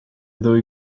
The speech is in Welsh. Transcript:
ddwy